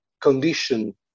condition